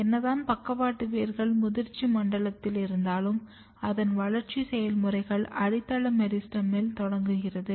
என்னதான் பக்கவாட்டு வேர்கள் முதிர்ச்சி மண்டலத்தில் இருந்தாலும் அதன் வளர்ச்சி செயல்முறைகள் அடித்தள மெரிஸ்டெமில் தொடங்குகிறது